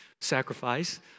sacrifice